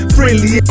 Friendly